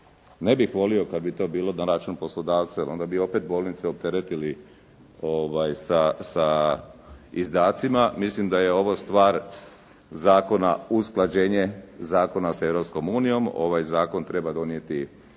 Ne bih volio kad bi to bilo na račun poslodavca, jer onda bi opet bolnice opteretili sa izdacima. Mislim da je ovo stvar zakona, usklađenje zakona s Europskoj unijom. Ovaj zakon treba donijeti